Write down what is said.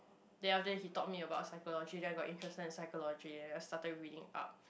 then after that he taught me about psychology then I got interested in psychology and I started reading up